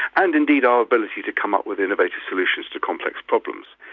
and indeed our ability to come up with innovative solutions to complex problems.